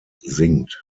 singt